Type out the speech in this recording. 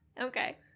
okay